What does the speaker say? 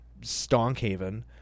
Stonkhaven